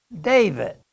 David